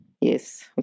Yes